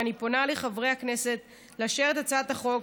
ואני פונה לחברי הכנסת לאשר את הצעת החוק